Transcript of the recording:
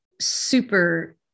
super